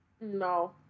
No